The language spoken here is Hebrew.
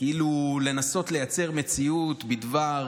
כאילו לנסות לייצר מציאות בדבר